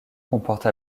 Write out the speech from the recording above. comporte